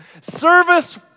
Service